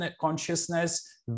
consciousness